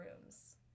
rooms